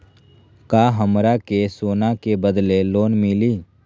का हमरा के सोना के बदले लोन मिलि?